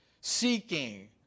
seeking